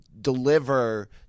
deliver